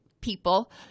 people